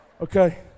Okay